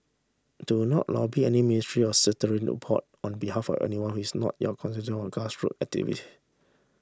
do not lobby any ministry or statutory on behalf of anyone who is not your constituent or grassroot activist